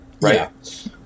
right